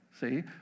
see